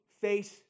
face